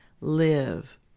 live